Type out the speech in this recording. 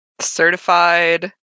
Certified